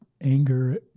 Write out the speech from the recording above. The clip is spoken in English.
anger